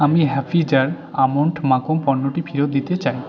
আমি happy jar almond মাখন পণ্যটি ফেরত দিতে চাই